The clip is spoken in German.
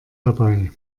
dabei